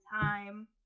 time